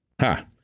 Ha